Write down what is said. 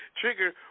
Trigger